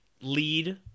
lead